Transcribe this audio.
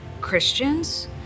Christians